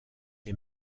les